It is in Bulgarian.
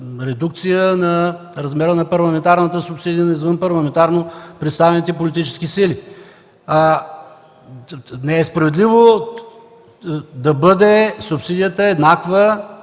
редукция на размера на парламентарната субсидия на извънпарламентарно представените политически сили. Не е справедливо субсидията да